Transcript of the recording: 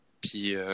puis